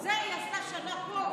את זה היא עשתה שנה פה,